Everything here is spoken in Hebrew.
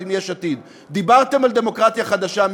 הם מיש עתיד: דיברתם על דמוקרטיה חדשה,